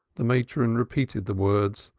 the matron repeated the words,